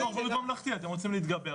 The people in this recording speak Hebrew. אנחנו חושבים שזאת טעות.